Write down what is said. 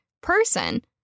person